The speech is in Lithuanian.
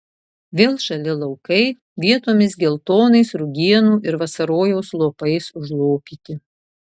vėl žali laukai vietomis geltonais rugienų ir vasarojaus lopais užlopyti